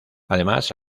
además